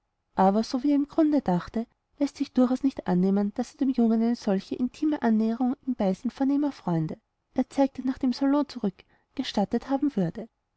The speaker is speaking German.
aber so wie er im grunde dachte läßt sich durchaus nicht annehmen daß er dem jungen eine solche intime annäherung im beisein vornehmer freunde er zeigte nach dem salon zurück gestattet haben würde